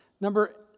Number